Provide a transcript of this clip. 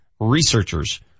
Researchers